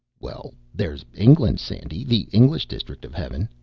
well, there's england, sandy the english district of heaven.